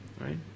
right